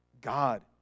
God